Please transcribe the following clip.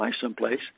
someplace